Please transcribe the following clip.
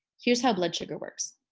here's how blood sugar works.